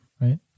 Right